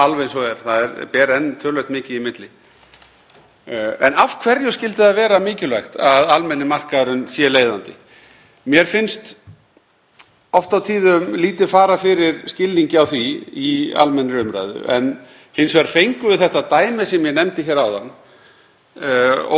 oft og tíðum lítið fara fyrir skilningi á því í almennri umræðu en hins vegar fengum við þetta dæmi sem ég nefndi hér áðan, óvænt og því miður algerlega óumbeðið, upp í hendurnar eða í fangið öllu heldur